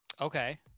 Okay